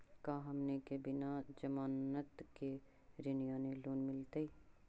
का हमनी के बिना जमानत के ऋण यानी लोन मिलतई?